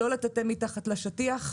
לא לטאטא מתחת לשטיח.